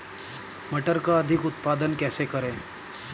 मटर का अधिक उत्पादन कैसे करें?